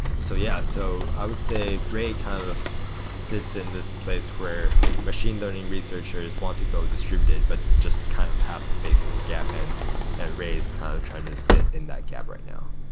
so yeah. so i would say ray kind of sits in this place where machine learning researchers want to go distributed, but just kind of have to face this gap, and and ray is kind of trying to sit in that gap right now.